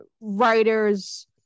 writers